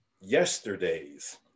yesterday's